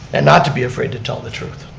and not to be afraid to tell the truth,